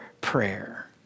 prayer